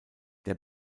der